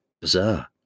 bizarre